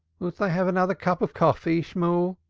wilt thou have another cup of coffee, shemuel?